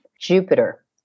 Jupiter